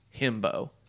himbo